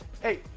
Hey